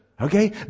Okay